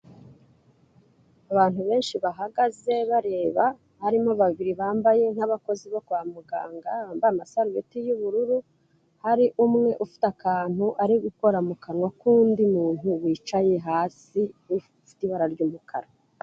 Abantu benshi bahagaze bareba, harimo babiri bambaye nk'abakozi bo kwa muganga, bambaye amasarubeti y'ubururu, hari umwe ufite akantu ari gukora mu kanwa k'undi muntu wicaye hasi ufite ibara ry'umukara.